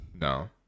no